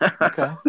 Okay